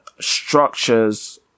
structures